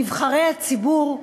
נבחרי הציבור,